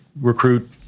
recruit